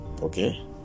Okay